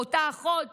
ואותה אחות